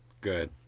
Good